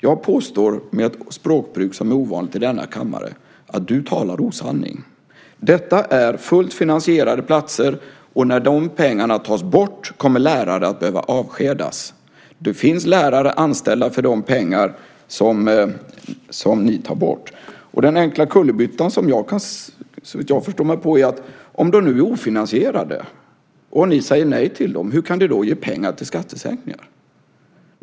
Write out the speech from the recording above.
Jag påstår, med ett språkbruk som är ovanligt i denna kammare, att Ulf Nilsson talar osanning. Det handlar om fullt finansierade platser, och när de pengarna tas bort kommer lärare att behöva avskedas. Det finns lärare som är anställda för de pengar som ni vill ta bort. Om nu dessa platser är ofinansierade, som ni säger, och ni vill ta bort dem - hur kan de då ge pengar till skattesänkningar?